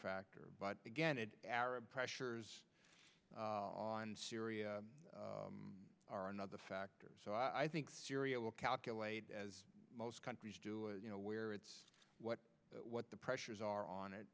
factor but again it arab pressures on syria are another factor so i think syria will calculate as most countries do you know where it's what the pressures are on it